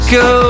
go